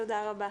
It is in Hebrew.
תודה רבה.